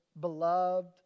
beloved